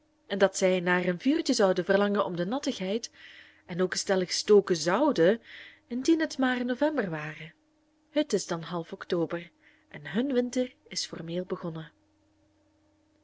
en dat zij naar een vuurtje zouden verlangen om de nattigheid en ook stellig stoken zouden indien het maar november ware het is dan half october en hun winter is formeel begonnen